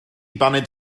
baned